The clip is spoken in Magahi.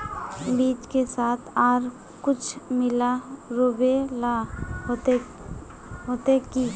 बीज के साथ आर कुछ मिला रोहबे ला होते की?